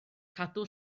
cadw